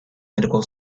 medical